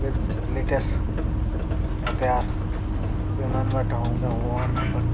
with latest हथियार हिननि वठ हूंदा हुजणु खपनि